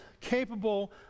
capable